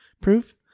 proof